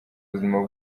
buzima